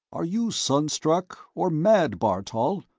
are you sunstruck or mad, bartol?